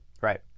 Right